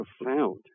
profound